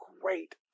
great